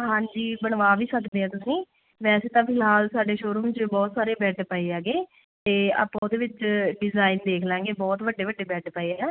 ਹਾਂਜੀ ਬਣਵਾ ਵੀ ਸਕਦੇ ਹੈ ਤੁਸੀਂ ਵੈਸੇ ਤਾਂ ਫਿਲਹਾਲ ਸਾਡੇ ਸ਼ੋਰੂਮ 'ਚ ਕਾਫ਼ੀ ਸਾਰੇ ਬੈੱਡ ਪਏ ਹੈਗੇ ਅਤੇ ਆਪਾਂ ਉਹਦੇ ਵਿੱਚ ਡਿਜ਼ਾਈਨ ਦੇਖ ਲਾਂਗੇ ਬਹੁਤ ਵੱਡੇ ਵੱਡੇ ਬੈੱਡ ਪਏ ਆ